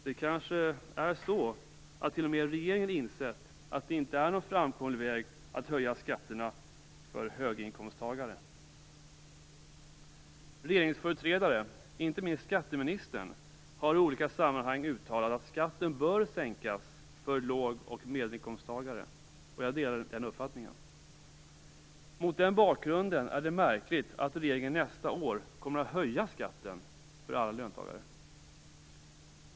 Det kanske är så att t.o.m. regeringen insett att det inte är någon framkomlig väg att höja skatterna för höginkomsttagare. Regeringsföreträdare, inte minst skatteministern, har i olika sammanhang uttalat att skatten bör sänkas för låg och medelinkomsttagare. Jag delar den uppfattningen. Mot den bakgrunden är det märkligt att regeringen nästa år kommer att höja skatten för alla löntagare.